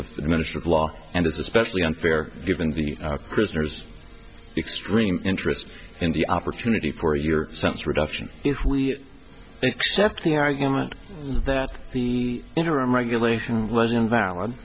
of the minister of law and it's especially unfair given the prisoner's extreme interest in the opportunity for your sense reduction if we accept the argument that the interim regulation was invalid